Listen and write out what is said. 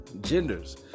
Genders